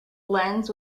lens